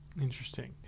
Interesting